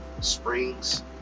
springs